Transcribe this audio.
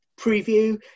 preview